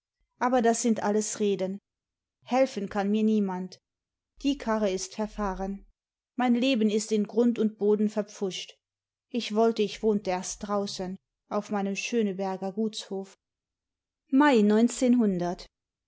aber das smd alles reden helfen kann mir niemand die karre ist verfahren mein leben ist in grund und boden verpfuscht ich wollte ich wohnte erst draußen auf meinem schöneberger gutshof